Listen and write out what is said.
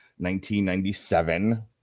1997